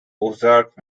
ozark